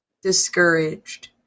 discouraged